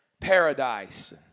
paradise